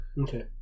Okay